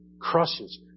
crushes